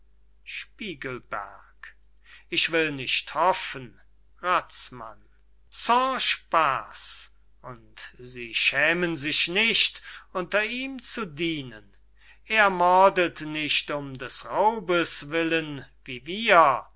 spiegelberg ich will nicht hoffen razmann sans spaß und sie schämen sich nicht unter ihm zu dienen er mordet nicht um des raubes willen wie wir